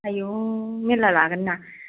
आयु मेरला लागोन ना